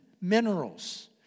minerals